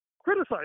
criticize